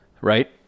Right